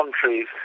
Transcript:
countries